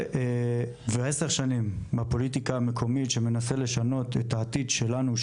ועשר שנים בפוליטיקה המקומית שמנסה לשנות את העתיד שלנו,